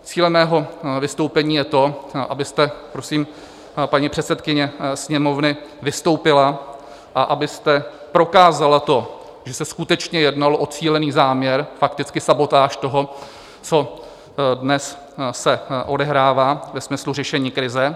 Cílem mého vystoupení je to, abyste, prosím, paní předsedkyně Sněmovny, vystoupila a abyste prokázala to, že se skutečně jednalo o cílený záměr, fakticky sabotáž toho, co se dnes odehrává ve smyslu řešení krize.